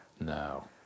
No